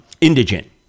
indigent